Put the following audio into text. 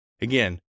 Again